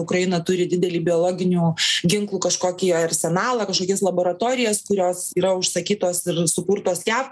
ukraina turi didelį biologinių ginklų kažkokį arsenalą kažkokias laboratorijas kurios yra užsakytos ir sukurtos jav